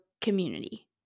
community